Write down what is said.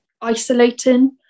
isolating